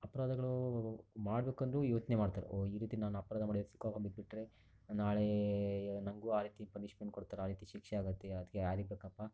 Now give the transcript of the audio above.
ಅಪರಾಧಗಳು ಮಾಡಬೇಕೆಂದ್ರು ಯೋಚನೆ ಮಾಡ್ತಾರೆ ಓಹ್ ಈ ರೀತಿ ನಾನು ಅಪರಾಧ ಮಾಡಿ ಸಿಕ್ಕಾಕೊಂಡ್ಬಿಟ್ಬಿಟ್ರೆ ನಾಳೆ ನನಗೂ ಆ ರೀತಿ ಪನಿಶ್ಮೆಂಟ್ ಕೊಡ್ತಾರೆ ಆ ರೀತಿ ಶಿಕ್ಷೆ ಆಗುತ್ತೆ ಅದಕ್ಕೆ ಯಾರಿಗೆ ಬೇಕಪ್ಪಾ